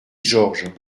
georges